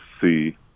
see